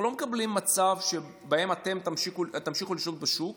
אנחנו לא מקבלים מצב שבו אתן תמשיכו לשלוט בשוק